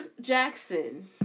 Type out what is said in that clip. Jackson